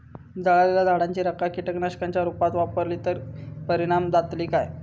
जळालेल्या झाडाची रखा कीटकनाशकांच्या रुपात वापरली तर परिणाम जातली काय?